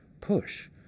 push